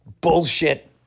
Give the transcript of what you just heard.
bullshit